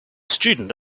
student